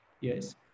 Yes